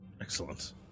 Excellent